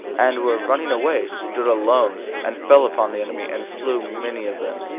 and were running away, stood alone, and fell upon the enemy, and slew many of them,